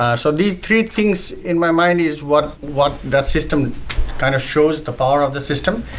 um so these three things in my mind is what what that system kind of shows the power of the system.